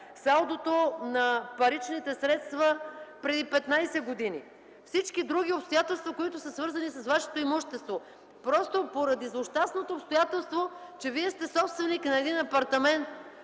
салдото на паричните средства преди 15 години, всички други обстоятелства, които са свързани с Вашето имущество. И това поради злощастното обстоятелство, че Вие сте собственик на най-обикновен